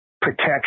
protection